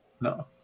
No